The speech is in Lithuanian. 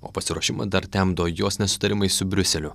o pasiruošimą dar temdo jos nesutarimai su briuseliu